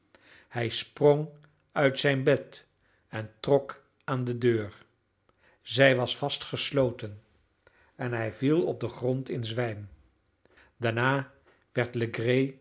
hij sprong uit zijn bed en trok aan de deur zij was vast gesloten en hij viel op den grond in zwijm daarna